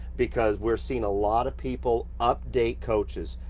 because we're seeing a lot of people update coaches,